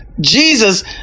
Jesus